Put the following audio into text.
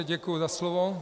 Děkuji za slovo...